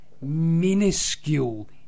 minuscule